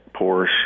Porsche